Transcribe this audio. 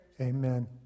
amen